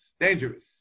dangerous